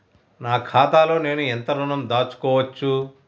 నా ఖాతాలో నేను ఎంత ఋణం దాచుకోవచ్చు?